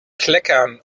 kleckern